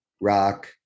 rock